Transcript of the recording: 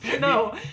No